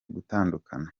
gutandukana